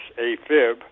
AFib